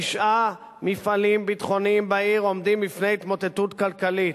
תשעה מפעלים ביטחוניים בעיר עומדים בפני התמוטטות כלכלית,